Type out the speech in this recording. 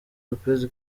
lopez